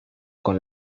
con